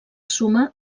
suma